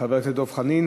חבר הכנסת דב חנין.